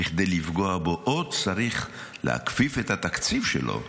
כדי לפגוע בו עוד צריך להכפיף את התקציב שלו,